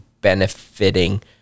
benefiting